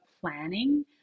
planning